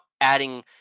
adding –